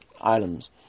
items